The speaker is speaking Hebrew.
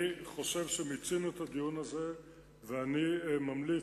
אני חושב שמיצינו את הדיון הזה ואני ממליץ,